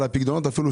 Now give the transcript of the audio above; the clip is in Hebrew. חתומים עליה שנינו.